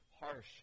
harsh